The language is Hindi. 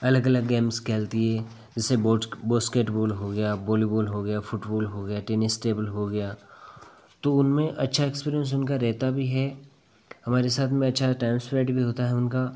अलग अलग गेम्स खेलती है जैसे बाेस्केटबॉल हो गया बॉलीबॉल हो गया फ़ुटबॉल हो गया टेनिस टेबल हो गया तो उनमें अच्छा एक्सपीरिएन्स उनका रहता भी है हमारे साथ में अच्छा टाइम स्पेड भी होता है उनका